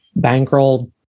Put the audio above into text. bankrolled